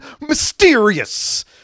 mysterious